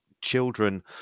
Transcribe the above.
children